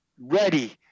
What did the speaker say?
ready